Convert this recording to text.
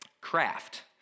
craft